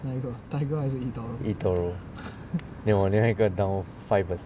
eToro then 我另外一个 down five percent